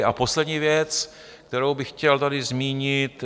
A poslední věc, kterou bych chtěl tady zmínit.